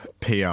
PR